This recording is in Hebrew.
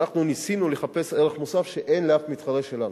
ואנחנו ניסינו לחפש ערך מוסף שאין לאף מתחרה שלנו,